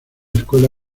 escuela